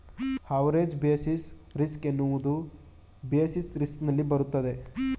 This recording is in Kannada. ಆವರೇಜ್ ಬೇಸಿಸ್ ರಿಸ್ಕ್ ಎನ್ನುವುದು ಬೇಸಿಸ್ ರಿಸ್ಕ್ ನಲ್ಲಿ ಬರುತ್ತದೆ